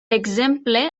exemple